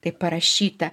taip parašyta